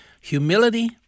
Humility